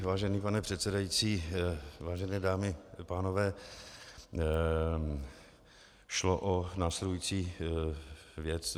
Vážený pane předsedající, vážené dámy a pánové, šlo o následující věc.